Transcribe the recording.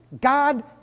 God